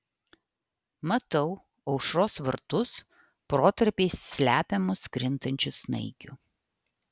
matau aušros vartus protarpiais slepiamus krintančių snaigių